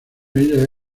ella